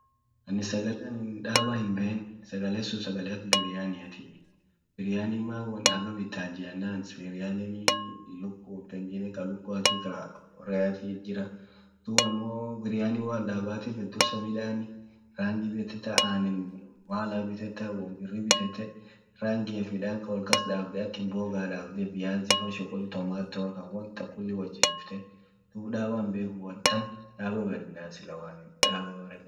Anin sagale daaba hin ben